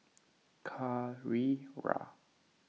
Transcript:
Carrera